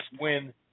win